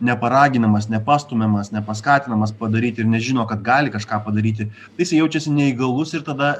neparaginamas nepastumiamas nepaskatinamas padaryti ir nežino kad gali kažką padaryti tai jisai jaučiasi neįgalus ir tada